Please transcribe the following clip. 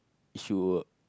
sure